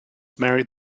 married